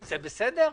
זה בסדר?